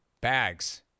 Bags